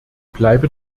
bleibe